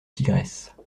tigresse